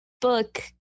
book